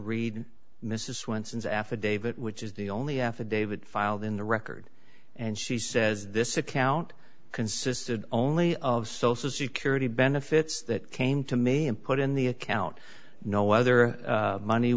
affidavit which is the only affidavit filed in the record and she says this account consisted only of social security benefits that came to me and put in the account no whether money